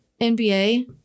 NBA